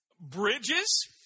Bridges